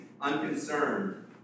unconcerned